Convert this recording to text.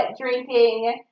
drinking